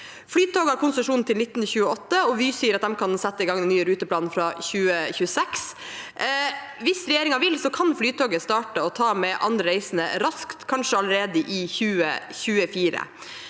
Flytoget har konsesjon til 2028, og Vy sier at de kan sette i gang ny ruteplan fra 2026. Hvis regjeringen vil, kan Flytoget starte å ta med andre reisende raskt, kanskje allerede i 2024.